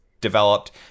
developed